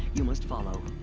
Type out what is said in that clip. you must follow.